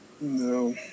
No